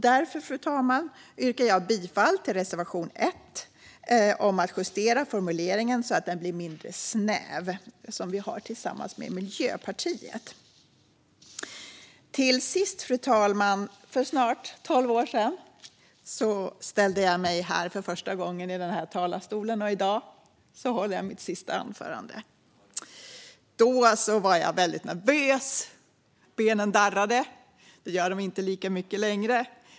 Därför, fru talman, yrkar jag bifall till reservation 1, som vi har tillsammans med Miljöpartiet, om att justera formuleringen så att den blir mindre snäv. Till sist, fru talman: För snart tolv år sedan ställde jag mig för första gången i den här talarstolen. I dag håller jag mitt sista anförande. Då var jag nervös, benen darrade. Det gör de inte lika mycket längre.